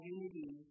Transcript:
Unity